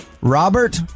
robert